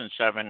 2007